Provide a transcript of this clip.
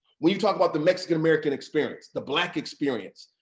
we've talked about the mexican-american experience, the black experience,